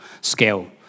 scale